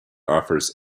offers